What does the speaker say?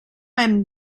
hem